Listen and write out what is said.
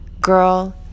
girl